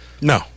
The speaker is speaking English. No